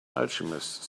alchemist